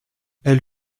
elle